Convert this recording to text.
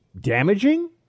damaging